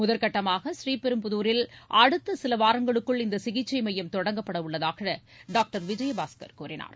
முதற்கட்டமாக ஸ்ரீபெரும்புதூரில் அடுத்த சில வாரங்களுக்குள் இந்த சிகிச்சை மையம் தொடங்கப்படவுள்ளதாக டாக்டர் விஜயபாஸ்கர் கூறினார்